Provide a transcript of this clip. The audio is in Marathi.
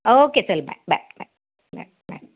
ओके चल bye bye bye bye bye